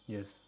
Yes